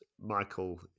Michael